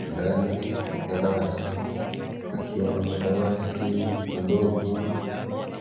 Ndani ya darasa pakiwa na madawati madogo